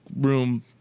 room